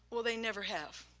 well, they never have,